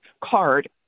card